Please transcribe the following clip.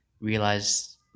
realize